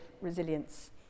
resilience